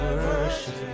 worship